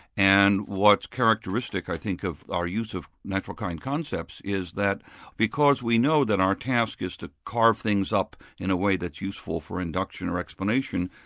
and what's characteristic i think of our use of natural kind concepts, is that because we know that our task is to carve things up in a way that's useful for induction or explanation,